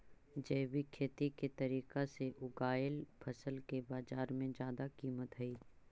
जैविक खेती के तरीका से उगाएल फसल के बाजार में जादा कीमत हई